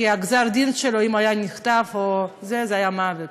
כי גזר הדין שלו, אם היה נחטף, היה מוות.